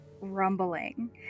rumbling